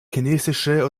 chinesische